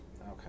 Okay